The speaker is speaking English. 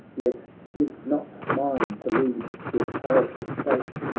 yet tis not mine to lead your powerful state,